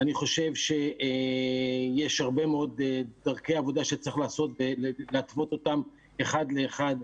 אני חושב שיש הרבה מאוד דרכי עבודה שצריך להתוות אותן אחת לאחת,